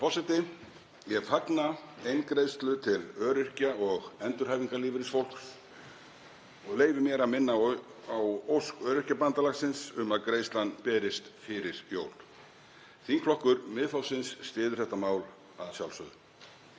forseti. Ég fagna eingreiðslu til öryrkja og endurhæfingarlífeyrisfólks. Ég leyfi mér að minna á ósk Öryrkjabandalagsins um að greiðslan berist fyrir jól. Þingflokkur Miðflokksins styður þetta mál að sjálfsögðu.